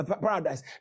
paradise